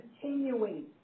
continuing